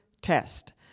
test